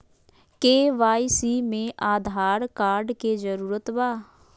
KYC में Aadhaar card के जरूरत बा?